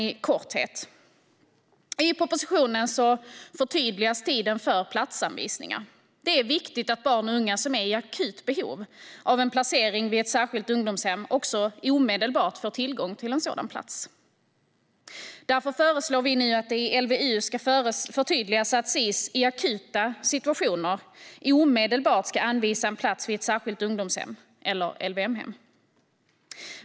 I propositionen förtydligas tiden för platsanvisningar. Det är viktigt att barn och unga som är i akut behov av en placering vid ett särskilt ungdomshem också omedelbart får tillgång till en sådan plats. Därför föreslår vi nu att det i LVU ska förtydligas att Sis, i akuta situationer, omedelbart ska anvisa en plats vid ett särskilt ungdomshem eller LVM-hem.